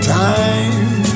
time